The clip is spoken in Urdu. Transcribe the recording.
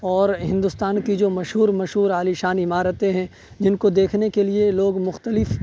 اور ہندوستان کی جو مشہور مشہور عالی شان عمارتیں ہیں جن کو دیکھنے کے لیے لوگ مختلف